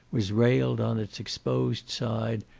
was railed on its exposed side,